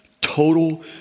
Total